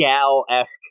gal-esque